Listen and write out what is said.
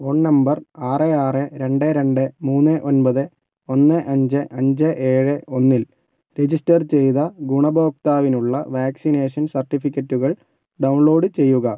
phone number ആറ് ആറ് രണ്ട് രണ്ട് മൂന്ന് ഒൻപത് ഒന്ന് അഞ്ച് അഞ്ച് ഏഴ് ഒന്നിൽ രജിസ്റ്റർ ചെയ്ത ഗുണഭോക്താവിനുള്ള വാക്സിനേഷൻ സർട്ടിഫിക്കറ്റുകൾ ഡൗൺലോഡ് ചെയ്യുക